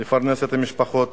לפרנס את המשפחות